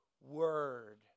word